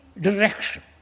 direction